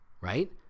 Right